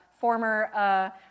former